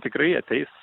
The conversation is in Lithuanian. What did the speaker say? tikrai ateis